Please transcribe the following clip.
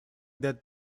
that